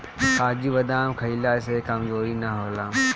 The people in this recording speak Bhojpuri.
काजू बदाम खइला से कमज़ोरी ना होला